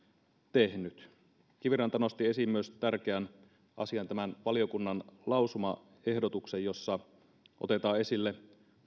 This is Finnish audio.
tehnyt kiviranta nosti esiin myös tärkeän asian valiokunnan lausumaehdotuksen jossa otetaan esille